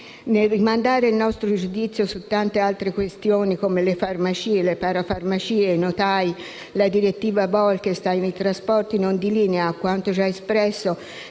Nel rimandare il nostro giudizio su tante altre questioni, come le farmacie, le parafarmacie, i notai, la direttiva Bolkestein e i trasporti non di linea, a quanto già espresso